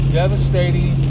devastating